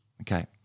Okay